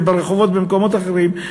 וברחובות במקומות אחרים.